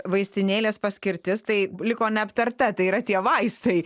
vaistinėlės paskirtis tai liko neaptarta tai yra tie vaistai